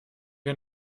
wir